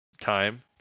time